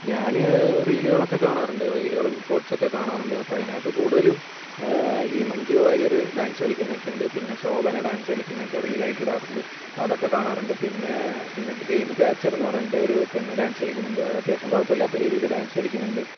ഞാൻ റീലികളൊക്കെ കാണാറുണ്ട് റീലുകളും ഷോർട്ട്സക്കെ കാണാറുണ്ട് അപ്പോൾ അതിനകത്ത് കൂടുതലും ഈ മഞ്ജു വാര്യർ ഡാൻസ് കളിക്കുന്നതൊക്കെ ഉണ്ട് പിന്നെ ശോഭന ഡാൻസ് കളിക്കുന്നതൊക്കെ റീലായിട്ട് ഇടാറുണ്ട് അപ്പതൊക്കെ കാണാറുണ്ട് പിന്നെ പിന്നെ ഡ്രീം ക്യാച്ചർന്ന് പറഞ്ഞിട്ട് ഒരു പെണ്ണ് ഡാൻസ് കളിക്കുന്നുണ്ട് അതത്യാവശ്യം കുഴപ്പമില്ലാത്ത രീതിയിൽ ഡാൻസ് കളിക്കുന്നുണ്ട്